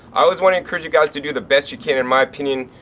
i always want to encourage you guys to do the best you can. in my opinion,